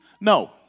No